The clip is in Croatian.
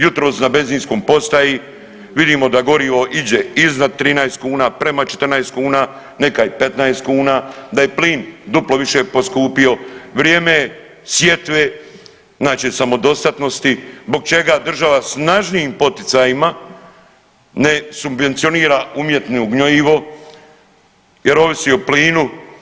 Jutros na benzinskoj postaji vidimo da gorivo iđe iznad 13 kuna, prema 14 kuna, neka i 15 kuna, da je plin duplo više poskupio, vrijeme je sjetve, znači samodostatnosti zbog čega država snažnijim poticajima ne subvencionira umjetno gnojivo jer ovisi o plinu.